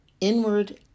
inward